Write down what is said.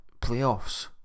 playoffs